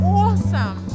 awesome